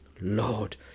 Lord